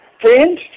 Friends